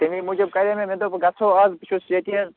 تٔمی موٗجوٗب کَرے مےٚ مےٚ دوٚپ گژھو اَز بہٕ چھُس ییٚتی حظ